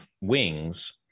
wings